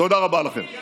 תודה רבה לכם.